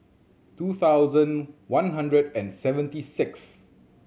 two thousand one hundred and seventy six